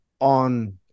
on